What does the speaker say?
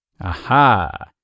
Aha